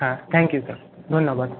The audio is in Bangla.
হ্যাঁ থ্যাঙ্ক ইউ স্যার ধন্যবাদ